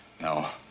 No